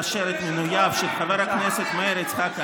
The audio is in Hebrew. החליטה הממשלה לאשר את מינויו של חבר הכנסת מאיר יצחק הלוי,